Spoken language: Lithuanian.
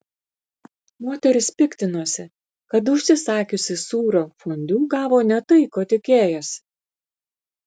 moteris piktinosi kad užsisakiusi sūrio fondiu gavo ne tai ko tikėjosi